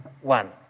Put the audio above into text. one